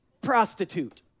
prostitute